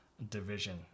Division